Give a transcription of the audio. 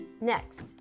Next